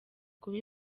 kuba